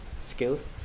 skills